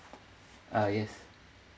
uh yes